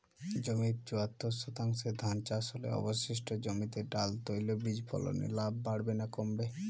জমির চুয়াত্তর শতাংশে ধান চাষ হলে অবশিষ্ট জমিতে ডাল তৈল বীজ ফলনে লাভ বাড়বে না কমবে?